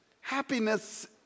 happiness